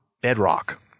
Bedrock